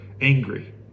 angry